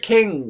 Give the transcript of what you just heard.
King